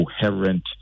coherent